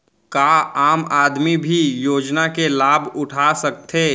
का आम आदमी भी योजना के लाभ उठा सकथे?